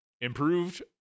improved